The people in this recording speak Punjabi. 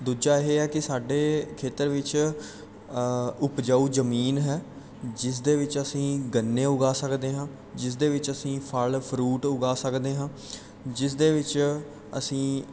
ਦੂਜਾ ਇਹ ਹੈ ਕਿ ਸਾਡੇ ਖੇਤਰ ਵਿੱਚ ਉਪਜਾਊ ਜਮੀਨ ਹੈ ਜਿਸ ਦੇ ਵਿੱਚ ਅਸੀਂ ਗੰਨੇ ਉਗਾ ਸਕਦੇ ਹਾਂ ਜਿਸ ਦੇ ਵਿੱਚ ਅਸੀਂ ਫ਼ਲ ਫਰੂਟ ਉਗਾ ਸਕਦੇ ਹਾਂ ਜਿਸ ਦੇ ਵਿੱਚ ਅਸੀਂ